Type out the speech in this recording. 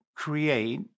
create